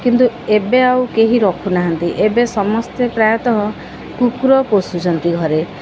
କିନ୍ତୁ ଏବେ ଆଉ କେହି ରଖୁନାହାନ୍ତି ଏବେ ସମସ୍ତେ ପ୍ରାୟତଃ କୁକୁର ପୋଷୁଛନ୍ତି ଘରେ